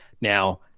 Now